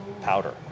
powder